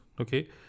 okay